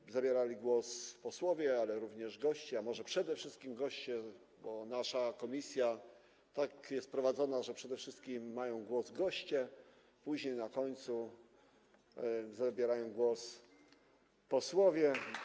Głos zabierali posłowie, ale również goście, a może przede wszystkim goście, bo nasza komisja tak jest prowadzona, że przede wszystkim głos mają goście, później, a na końcu zabierają głos posłowie.